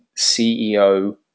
CEO